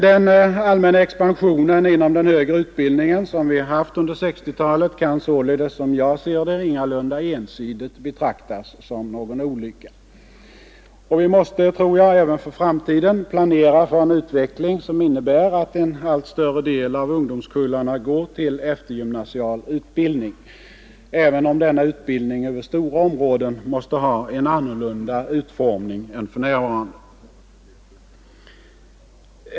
Den allmänna expansion inom den högre utbildningen som vi haft under 1960-talet kan således, som jag ser det, ingalunda ensidigt betraktas som någon olycka. Vi måste även för framtiden planera för en utveckling som innebär att en allt större del av ungdomskullarna går till eftergymnasial utbildning, även om denna utbildning över stora områden måste ha en annorlunda utformning än för närvarande.